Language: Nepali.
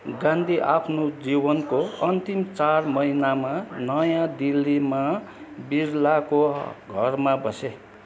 गान्धी आफ्नो जीवनको अन्तिम चार महिनामा नयाँ दिल्लीमा बिरलाको घरमा बसे